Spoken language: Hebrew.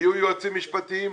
יהיו יועצים משפטיים.